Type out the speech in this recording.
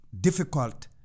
difficult